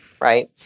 right